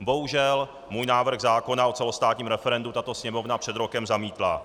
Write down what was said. Bohužel můj návrh zákona o celostátním referendu tato Sněmovna před rokem zamítla.